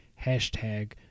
Hashtag